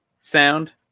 sound